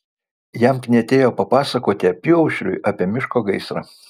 jam knietėjo papasakoti apyaušriui apie miško gaisrą